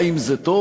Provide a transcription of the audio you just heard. האם זה טוב?